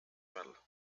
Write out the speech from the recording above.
well